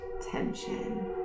tension